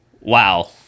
wow